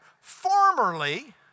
Formerly